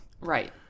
Right